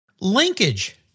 Linkage